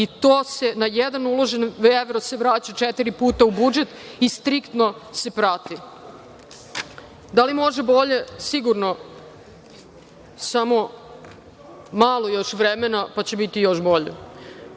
i to se na jedan uložen evro vraća četiri puta u budžet i striktno se prati. Da li može bolje? Sigurno, samo malo još vremena pa će biti još bolje. Što